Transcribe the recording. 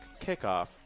kickoff